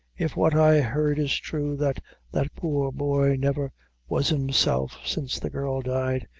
if what i heard is thrue that that poor boy never was himself since the girl died,